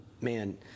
man